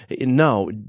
No